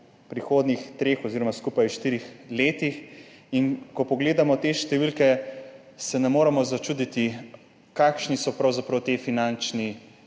prihodnjih treh oziroma skupaj v štirih letih in ko pogledamo te številke, se ne moremo začuditi, kakšne so pravzaprav